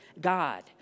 God